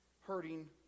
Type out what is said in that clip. hurting